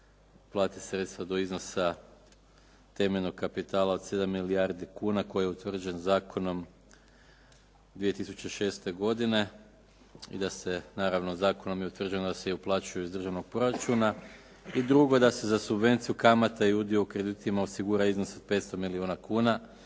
plate sredstva do iznosa temeljnog kapitala od 7 milijardi kuna koji je utvrđen zakonom 2006. godine i da se naravno zakonom je utvrđeno da se i uplaćuje iz državnog proračuna. I drugo, da se za subvenciju kamata i udio u kreditima osigura iznos od 500 milijuna kuna